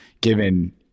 given